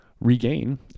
regain